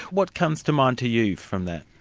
what comes to mind to you from that?